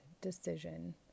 decision